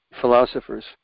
philosophers